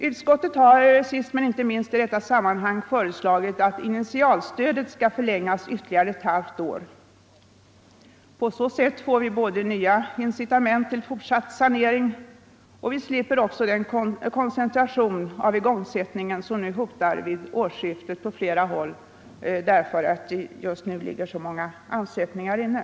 Utskottet har — sist men inte minst i detta sammanhang -— föreslagit att initialstödet skall förlängas ytterligare ett halvt år. På så sätt får vi både nya incitament till fortsatt sanering och slipper den koncentration av igångsättningen som nu hotar på flera håll vid årsskiftet därför att det ligger så många ansökningar inne.